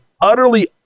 utterly